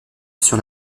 sur